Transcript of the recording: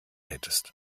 hättest